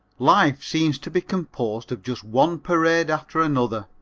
life seems to be composed of just one parade after another.